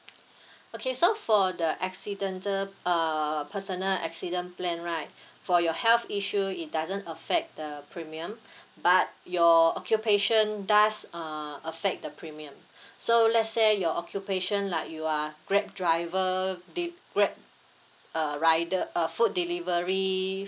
okay so for the accidental uh personal accident plan right for your health issue it doesn't affect the premium but your occupation does uh affect the premium so let's say your occupation like you are grab driver de~ grab uh rider uh food delivery